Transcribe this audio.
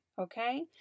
okay